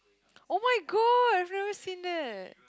[oh]-my-god I've never seen it